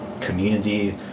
community